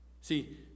See